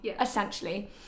essentially